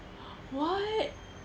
what